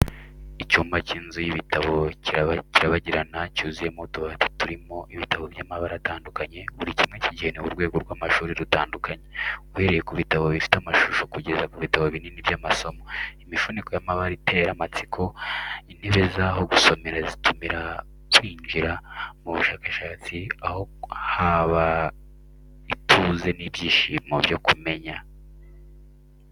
Icyumba cy'inzu y'ibitabo kirabagirana, cyuzuyemo utubati turimo ibitabo by’amabara atandukanye, buri kimwe kigenewe urwego rw’amashuri rutandukanye. Uhereye ku bitabo bifite amashusho kugeza ku bitabo binini by’amasomo, imifuniko y’amabara itera amatsiko. Intebe z’aho gusomera zitumira kwinjira mu bushakashatsi, aho haba ituze n’ibyishimo byo kumenya.